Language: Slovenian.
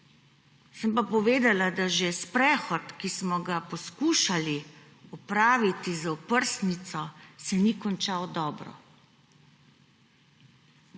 Sem pa povedala, da že sprehod, ki smo ga poskušali opraviti z oprsnico, se ni končal dobro.